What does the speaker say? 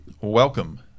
welcome